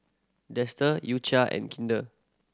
Dester U Cha and Kinder